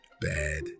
Bad